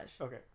okay